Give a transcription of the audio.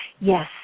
Yes